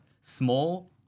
small